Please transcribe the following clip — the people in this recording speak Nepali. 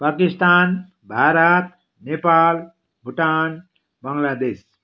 पाकिस्तान भारत नेपाल भुटान बङ्लादेश